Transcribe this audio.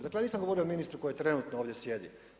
Dakle, ja nisam govorio o ministru koji trenutno ovdje sjedi.